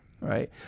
Right